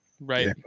Right